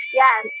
yes